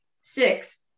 Six